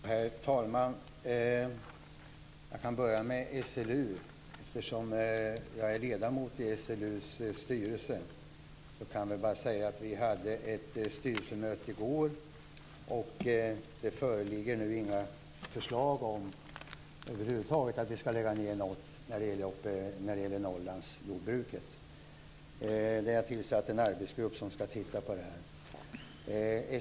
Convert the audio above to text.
Herr talman! Jag kan börja med SLU. Jag är ledamot i SLU:s styrelse. Vi hade ett styrelsemöte i går. Det föreligger över huvud taget inga förslag att lägga ned något i fråga om Norrlandsjordbruket. Det har tillsatts en arbetsgrupp som skall se över frågan.